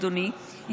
אדוני,